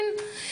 כן.